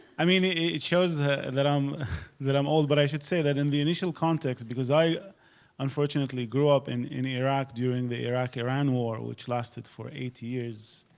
i mean it shows and that i'm that i'm old, but i should say that in the initial context because i unfortunately grew up in in iraq during the iraq-iran war which lasted for eight years,